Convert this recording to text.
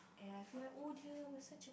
and I feel like oh dear was such a